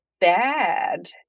bad